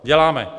Děláme.